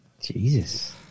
Jesus